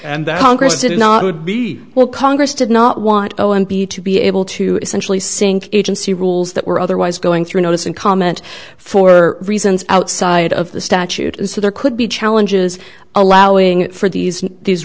did not would be well congress did not want oh and b to be able to essentially sync agency rules that were otherwise going through notice and comment for reasons outside of the statute and so there could be challenges allowing for these these